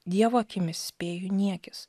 dievo akimis spėju niekis